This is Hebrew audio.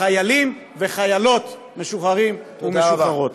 חיילים וחיילות משוחררים ומשוחררות.